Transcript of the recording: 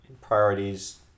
Priorities